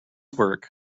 work